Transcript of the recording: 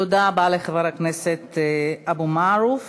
תודה רבה לחבר הכנסת אבו מערוף.